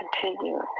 continue